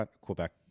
quebec